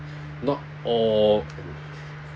not all